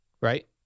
Right